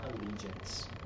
allegiance